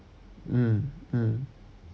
mm mm